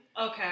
Okay